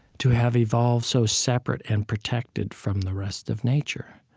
to have evolved so separate and protected from the rest of nature.